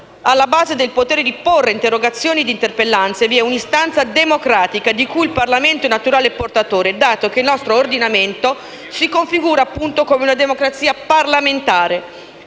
alla base del potere di porre interrogazioni e interpellanze vi è un'istanza democratica di cui il Parlamento è il naturale portatore, dato che il nostro ordinamento si configura, appunto, come una democrazia parlamentare.